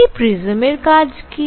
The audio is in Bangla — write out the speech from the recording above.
এই প্রিজমের কাজ কি